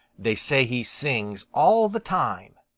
they say he sings all the time.